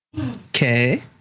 Okay